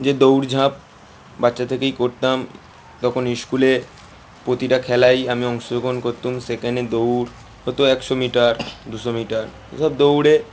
যে দৌড় ঝাঁপ বাচ্ছা থেকেই করতাম তখন স্কুলে প্রতিটা খেলায় আমি অংশগ্রহণ করতাম সেখানে দৌড় হতো একশো মিটার দুশো মিটার এসব দৌড়ে